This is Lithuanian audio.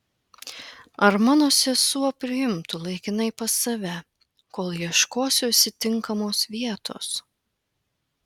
ar mano sesuo priimtų laikinai pas save kol ieškosiuosi tinkamos vietos